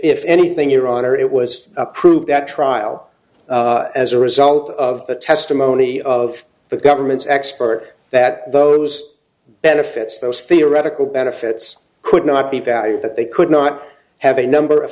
if anything your honor it was approved at trial as a result of the testimony of the government's expert that those benefits those theoretical benefits could not be valued that they could not have a number of